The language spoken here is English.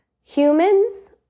Humans